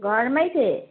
घरमै थिएँ